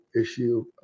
issue